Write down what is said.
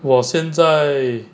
我现在